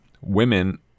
women